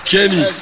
Kenny